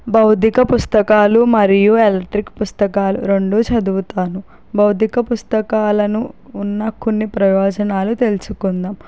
భౌతిక పుస్తకాలు మరియు ఎలక్ట్రిక్ పుస్తకాలు రెండు చదువుతాను భౌతిక పుస్తకాలను ఉన్న కొన్ని ప్రయోజనాలు తెలుసుకుందాం